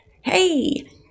hey